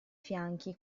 fianchi